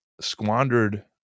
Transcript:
squandered